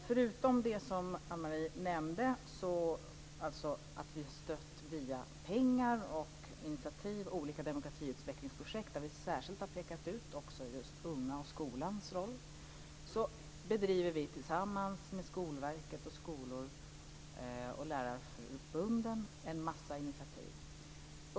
Förutom det som Ann-Marie nämnde, att vi stött med pengar och initiativ till olika demokratiutvecklingsprojekt, där vi särskilt har pekat ut de ungas och skolans roll, tar vi tillsammans med Skolverket, skolor och lärarförbunden en mängd initiativ.